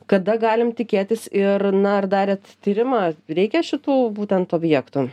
kada galim tikėtis ir na ar darėt tyrimą reikia šitų būtent objektų